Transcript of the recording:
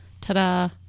ta-da